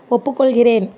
ஒப்புக்கொள்கிறேன்